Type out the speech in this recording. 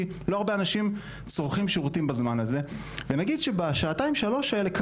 כי לא הרבה אנשים צורכים שירותים בזמן הזה ונגיד שבשעתיים-שלוש האלה,